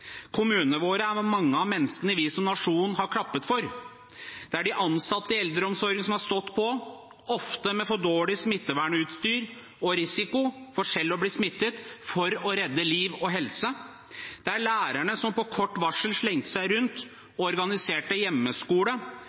Kommunene våre har mange av menneskene vi som nasjon har klappet for. Det er de ansatte i eldreomsorgen, som har stått på, ofte med for dårlig smittevernutstyr og risiko for selv å bli smittet, for å redde liv og helse. Det er lærerne, som på kort varsel slengte seg rundt og organiserte hjemmeskole,